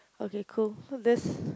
okay cool so this